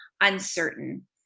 uncertain